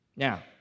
Now